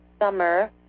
summer